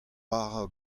bara